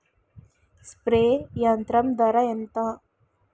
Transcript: Spray యంత్రం ధర ఏంతా?